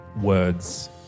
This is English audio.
words